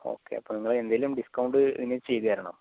ഒക്കെ അപ്പോൾ നിങ്ങൾ എന്തേലും ഡിസ്കൌണ്ട് ഇനി ചെയ്ത് തരണം